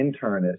internist